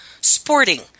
sporting